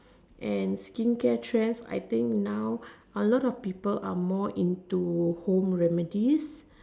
and skin care trends I think now a lot of people are more into home remedies